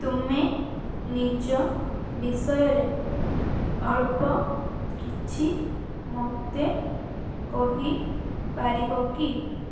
ତୁମେ ନିଜ ବିଷୟରେ ଅଳ୍ପ କିଛି ମୋତେ କହିପାରିବ କି